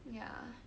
ya